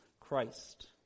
Christ